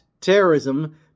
terrorism